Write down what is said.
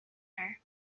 her